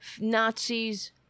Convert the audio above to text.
Nazis